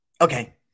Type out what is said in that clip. Okay